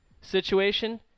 situation